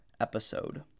Episode